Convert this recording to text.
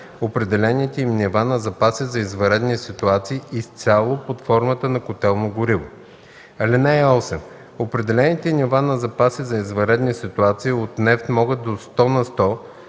определените им нива на запаси за извънредни ситуации изцяло под формата на котелно гориво. (8) Определените нива на запаси за извънредни ситуации от нефт могат до 100 на сто